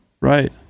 Right